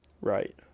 Right